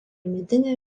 medinė